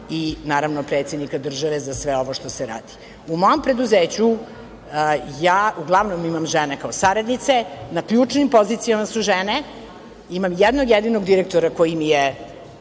i naravno predsednika države za sve ovo što se radi.U mom preduzeću ja uglavnom imam žene kao saradnice, na ključnim pozicijama su žene, imam jednog jedinog direktora koji vodi